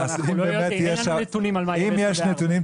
אם יש נתונים,